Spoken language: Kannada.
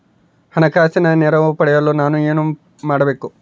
ಹಣಕಾಸಿನ ನೆರವು ಪಡೆಯಲು ನಾನು ಏನು ಮಾಡಬೇಕು?